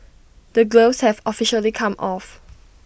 the gloves have officially come off